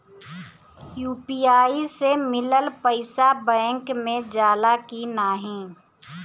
UPI से मिलल पईसा बैंक मे जाला की नाहीं?